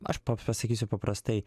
aš pa pasakysiu paprastai